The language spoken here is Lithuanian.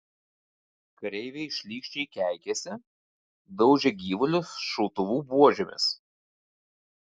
kareiviai šlykščiai keikėsi daužė gyvulius šautuvų buožėmis